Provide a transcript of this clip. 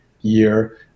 year